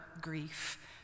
grief